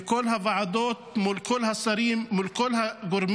בכל הוועדות, מול כל השרים, מול כל הגורמים,